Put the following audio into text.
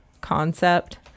concept